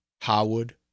howard